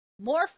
more